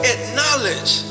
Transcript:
Acknowledge